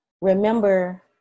remember